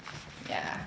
yeah